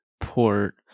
port